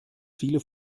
viele